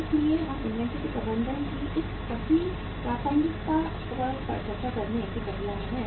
इसलिए हम इन्वेंट्री के प्रबंधन की इस सभी प्रासंगिकता पर चर्चा करने की प्रक्रिया में हैं